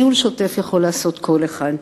ניהול שוטף יכול לעשות כל אחד.